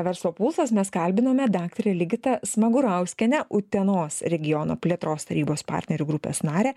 verslo pulsas mes kalbinome daktarę ligitą smagurauskienę utenos regiono plėtros tarybos partnerių grupės narę